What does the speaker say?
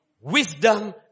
wisdom